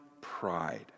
pride